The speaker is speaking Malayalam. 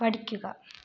പഠിക്കുക